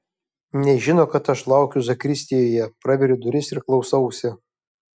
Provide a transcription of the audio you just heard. nežino kad aš laukiu zakristijoje praveriu duris ir klausausi